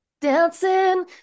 dancing